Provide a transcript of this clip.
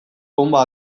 bonba